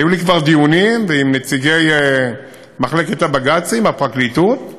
היו לי כבר דיונים עם נציגי מחלקת הבג"צים בפרקליטות,